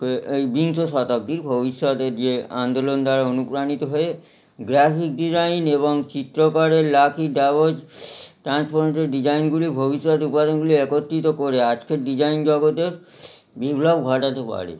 তো এই বিংশ শতাব্দী ভবিষ্যতে গিয়ে আন্দোলন দ্বারা অনুপ্রাণিত হয়ে গ্রাফিক ডিজাইন এবং চিত্রকরের ট্রান্সফর্ম তো ডিজাইনগুলি ভবিষ্যত উপাদানগুলি একত্রিত করে আজকের ডিজাইন জগতের বিপ্লব ঘটাতে পারে